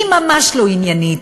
היא ממש לא עניינית.